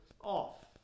off